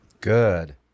good